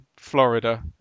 Florida